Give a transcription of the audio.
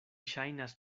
ŝajnas